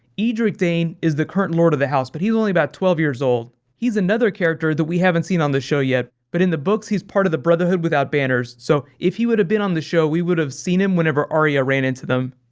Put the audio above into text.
edric dayne is the current lord of the house, but he's only about twelve years old. he's another character that we haven't seen on the show yet, but in the books he's part of the brotherhood without banners, so if he would have been on the show, we would have seen him whenever arya ran into them.